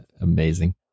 Amazing